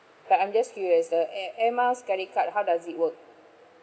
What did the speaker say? but I'm just curious the air air miles credit card how does it work